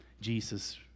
Jesus